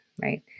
right